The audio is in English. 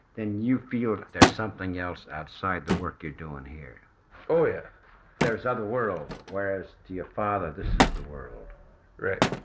and you feel that there's something else outside the work you're doing here oh, yeah there's other worlds, whereas to your father, this is the world right.